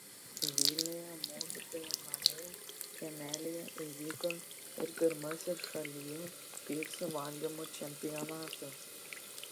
vilniuje mokytojų namų kiemelyje įvyko ir pirmasis šalyje picų valgymo čempionatas